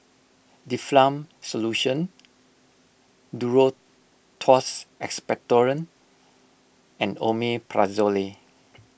Difflam Solution Duro Tuss Expectorant and Omeprazolely